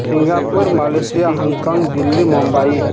Singapore Malaysia Hong Kong Delhi Mumbai